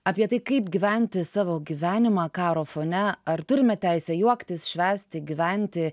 apie tai kaip gyventi savo gyvenimą karo fone ar turime teisę juoktis švęsti gyventi